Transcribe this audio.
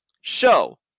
show